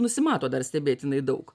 nusimato dar stebėtinai daug